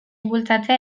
bultzatzea